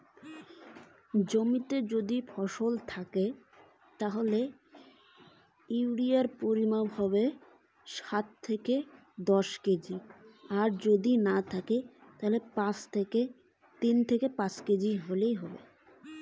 প্রতি বিঘা জমিতে কত পরিমাণ ইউরিয়া সার ব্যবহার করা উচিৎ?